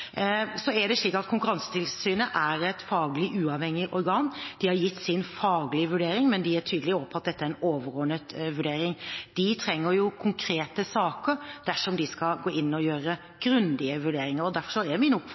Så er Konkurransetilsynet et faglig uavhengig organ. De har gitt sin faglige vurdering, men de er tydelige også på at dette er en overordnet vurdering. De trenger konkrete saker dersom de skal gå inn og gjøre grundige vurderinger. Det er jo slik at det at noen føler seg forulempet, ikke nødvendigvis betyr at de er